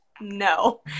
No